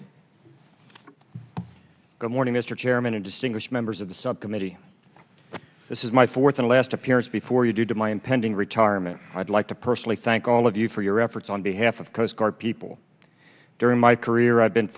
good morning mr chairman and distinguished members of the subcommittee this is my fourth and last appearance before you due to my impending retirement i'd like to personally thank all of you for your efforts on behalf of coast guard people during my career i've been